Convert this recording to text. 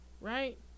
Right